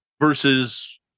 versus